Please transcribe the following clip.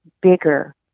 bigger